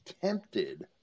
tempted